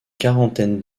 quarantaine